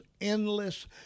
endless